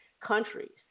countries